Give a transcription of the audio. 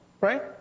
Right